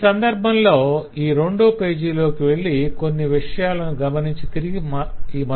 ఈ సందర్బంలో ఈ రెండో పేజి కి వెళ్లి కొన్ని విషయాలు గమనించి తిరిగి ఈ మొదటి పేజి కి వద్దాం